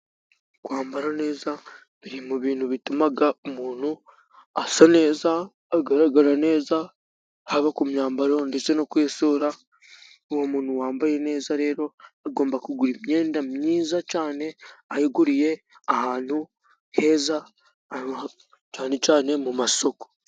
Kwambara neza biriri mu bintu bituma umuntu asa neza, agaragara neza haba ku myambaro ndetse no ku isura, uwo muntu wambaye neza rero agomba kugura imyenda myiza cyane ayiguriye ahantu heza cyane cyane mu masoko.